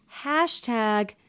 Hashtag